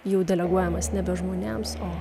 jau deleguojamas nebe žmonėms o